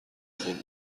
خوب